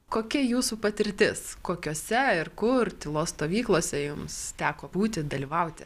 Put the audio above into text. kokia jūsų patirtis kokiose ir kur tylos stovyklose jums teko būti dalyvauti